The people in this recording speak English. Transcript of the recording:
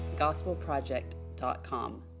gospelproject.com